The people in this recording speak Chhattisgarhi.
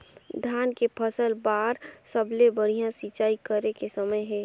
धान के फसल बार सबले बढ़िया सिंचाई करे के समय हे?